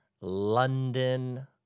London